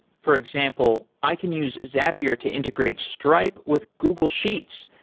for example, i can use zapier to integrate stripe with google sheets,